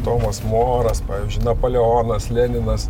tomas moras pavyzdžiui napoleonas leninas